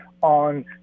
on